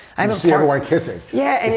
i mean see everyone kissing. yeah,